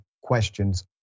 questions